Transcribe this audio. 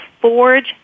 forge